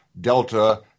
delta